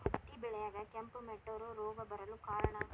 ಹತ್ತಿ ಬೆಳೆಗೆ ಕೆಂಪು ಮುಟೂರು ರೋಗ ಬರಲು ಕಾರಣ?